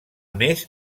més